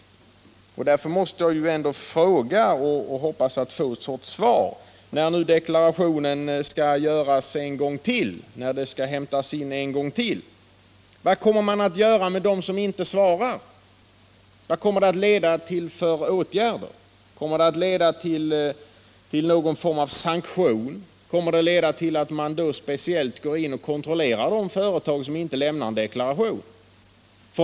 i Teckomatorp, Därför måste jag fråga och hoppas att få en sorts svar, när deklarationen — m.m. nu skall göras en gång till: Vilka åtgärder kommer man att vidta mot dem som inte svarar? Leder det till någon form av sanktion? Kommer det att leda till att man speciellt går in och kontrollerar de företag som inte lämnar deklaration?